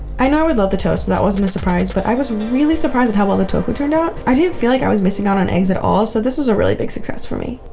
i knew i would love the toast, so and that wasn't a surprise, but i was really surprised at how well the tofu turned out. i didn't feel like i was missing out on eggs at all, so this was a really big success for me.